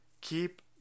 Keep